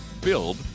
Build